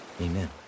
Amen